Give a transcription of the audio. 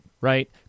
right